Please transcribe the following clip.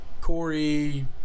Corey